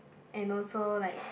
and also like